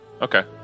okay